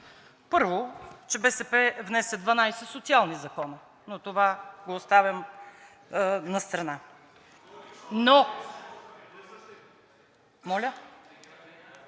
Първо, че БСП внесе 12 социални закона, но това го оставям настрана, но… (Шум